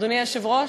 אדוני היושב-ראש,